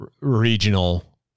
regional